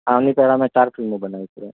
આની પહેલાં મેં ચાર ફિલ્મો બનાવી છે